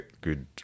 good